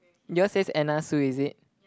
yours says another Sue is it